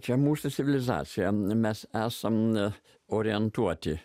čia mūsų civilizacija mes esam orientuoti